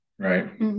Right